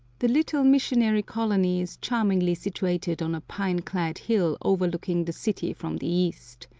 the little missionary colony is charmingly situated on a pine-clad hill overlooking the city from the east.